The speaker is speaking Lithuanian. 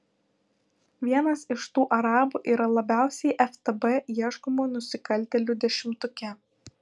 vienas iš tų arabų yra labiausiai ftb ieškomų nusikaltėlių dešimtuke